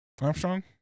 Armstrong